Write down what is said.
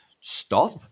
stop